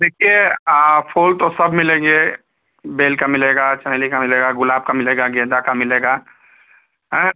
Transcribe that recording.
देखिए आ फूल तो सब मिलेंगे बेल का मिलेगा चमेली का मिलेगा गुलाब का मिलेगा गेंदे का मिलेगा एँ